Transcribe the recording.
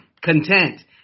content